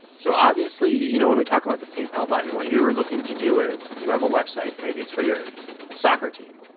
so obviously you know when we talk about the paypal button, what you are looking to do is you have a website, maybe it's for your soccer team,